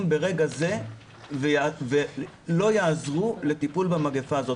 ברגע זה ולא יעזרו לטיפול במגיפה הזאת.